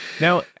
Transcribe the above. Now